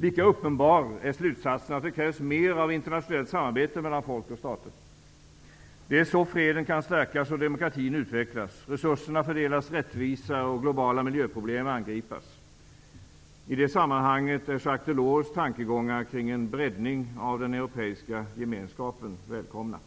Lika uppenbar är slutsatsen att det krävs mer av internationellt samarbete mellan folk och stater. Det är så freden kan stärkas och demokratin utvecklas, resurserna fördelas rättvisare och globala miljöproblem angripas. I det sammanhanget är Jacques Delors tankegångar kring en breddning av den europeiska gemenskapen välkomna.